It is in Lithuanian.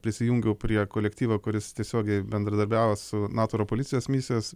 prisijungiau prie kolektyvo kuris tiesiogiai bendradarbiauti su nato oro policijos misijos